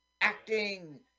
Acting